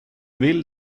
vill